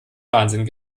wahnsinn